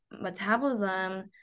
metabolism